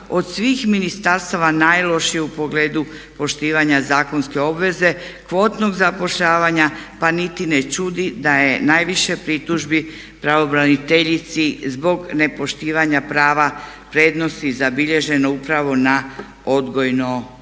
od svih ministarstava najlošije u pogledu poštivanja zakonske obveze kvotnog zapošljavanja pa niti ne čudi da je najviše pritužbi pravobraniteljici zbog nepoštivanja prava prednosti zabilježeno upravo na odgojno-obrazovne